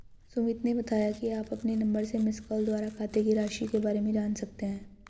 सुमित ने बताया कि आप अपने नंबर से मिसकॉल द्वारा खाते की राशि के बारे में जान सकते हैं